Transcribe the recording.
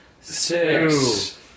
six